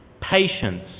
Patience